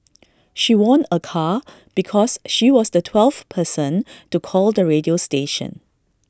she won A car because she was the twelfth person to call the radio station